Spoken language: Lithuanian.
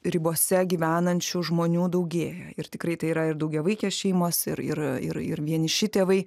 ribose gyvenančių žmonių daugėja ir tikrai tai yra ir daugiavaikės šeimos ir ir ir ir vieniši tėvai